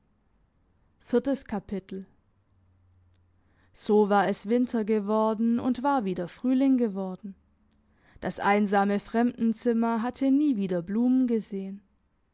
so war es winter geworden und war wieder frühling geworden das einsame fremdenzimmer hatte nie wieder blumen gesehen